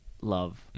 love